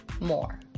more